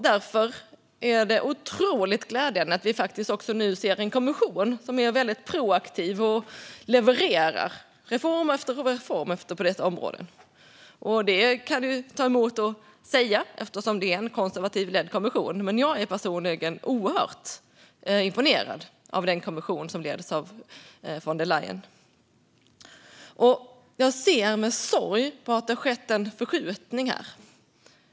Därför är det otroligt glädjande att vi nu ser en kommission som är väldigt proaktiv och levererar reform efter reform på detta område. Det kan ta emot att säga, eftersom det är en konservativt ledd kommission. Men jag är personligen oerhört imponerad av den kommission som leds av von der Leyen. Jag ser med sorg på att det har skett en förskjutning här.